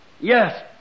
Yes